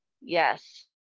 Yes